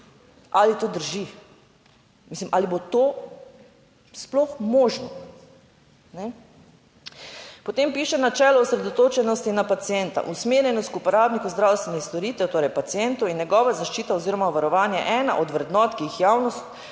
ali to drži? Mislim, ali bo to sploh možno? Potem piše načelo osredotočenosti na pacienta, usmerjenost k uporabnikov zdravstvenih storitev, torej pacientu in njegova zaščita oziroma varovanje je ena od vrednot, ki jih javnost